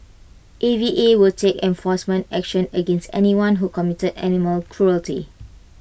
A V A will take enforcement action against anyone who committed animal cruelty